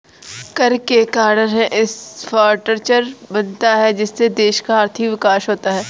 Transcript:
कर के कारण है इंफ्रास्ट्रक्चर बनता है जिससे देश का आर्थिक विकास होता है